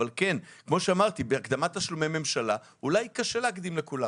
אבל בהקדמת תשלומי ממשלה אולי קשה להקדים לכולם.